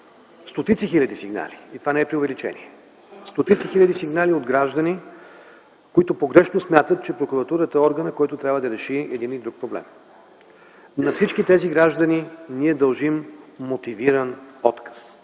стотици хиляди сигнали – това не е преувеличение. Стотици хиляди сигнали от граждани, които погрешно смятат, че прокуратурата е органът, който трябва да реши един или друг проблем. На всички тези граждани ние дължим мотивиран отказ.